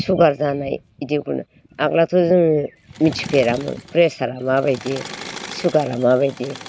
चुगार जानाय बेदि मोनो आगोलावथ' जोङो मिथि फेरामोन पेचार आ माबायदि चुगारा माबायदि